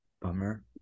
Bummer